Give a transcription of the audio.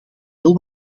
heel